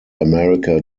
america